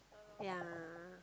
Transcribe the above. ya